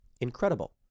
Incredible